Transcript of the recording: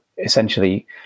Essentially